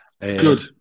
Good